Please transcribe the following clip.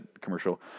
commercial